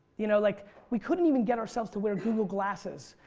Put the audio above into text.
you know like we couldn't even get ourselves to where google glasses,